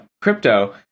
crypto